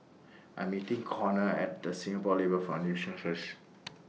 I'm meeting Conner At The Singapore Labour Foundation First